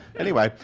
anyway,